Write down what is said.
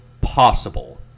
possible